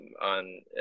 on